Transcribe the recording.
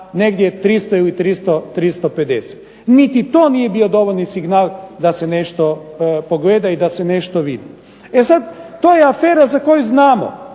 negdje 300 ili 350. Niti to nije bio dovoljni signal da se nešto pogleda i da se nešto vidi. E sad to je afera za koju znamo,